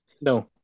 No